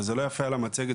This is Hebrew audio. וזה לא יופיע על המצגת,